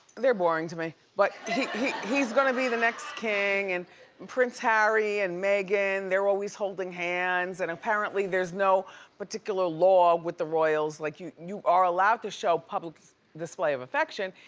they're boring to me, but he's he's gonna be the next king and prince harry and megan, they're always holding hands, and apparently there's no particular law with the royals. like you you are allowed to show public display of affection,